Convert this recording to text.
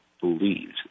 believes